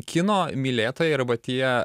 kino mylėtojai arba tie